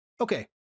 Okay